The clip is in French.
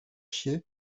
chier